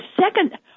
second